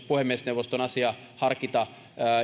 puhemiesneuvoston asia harkita